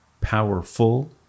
powerful